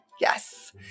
Yes